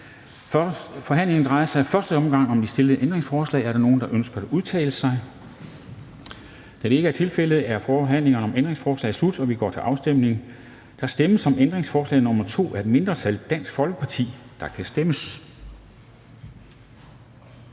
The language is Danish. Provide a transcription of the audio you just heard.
Forhandlingen drejer sig i første omgang om de stillede ændringsforslag. Er der nogen, der ønsker at udtale sig? Da det ikke er tilfældet, er forhandlingen om ændringsforslagene slut, og vi går til afstemning. Kl. 10:06 Afstemning Formanden (Henrik Dam Kristensen): Der stemmes